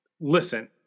listen